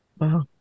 wow